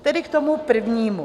Tedy k tomu prvnímu.